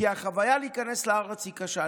כי החוויה להיכנס לארץ היא קשה.